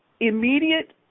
immediate